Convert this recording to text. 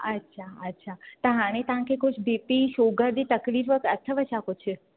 अच्छा अच्छा त हाणे तव्हांखे कुझु बीपी शुगर जी तकलीफ़ अथव छा कुझु